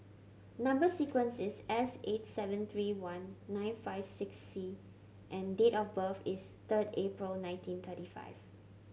number sequence is S eight seven three one nine five six C and date of birth is third April nineteen thirty five